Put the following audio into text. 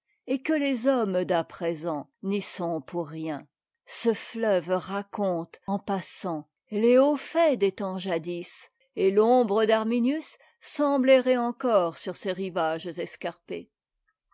et que les hommes d'à présent n'y sont pour rien ce fleuve raconte en passant les hauts faits des temps jadis et l'ombre d'arminius semble errer encore sur ces rivages escarpés